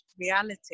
reality